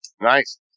Nice